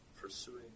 pursuing